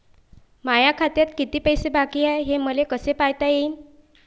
माया खात्यात किती पैसे बाकी हाय, हे मले कस पायता येईन?